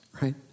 right